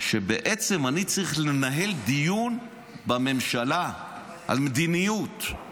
בעצם אני צריך לנהל דיון בממשלה על מדיניות.